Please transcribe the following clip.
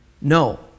No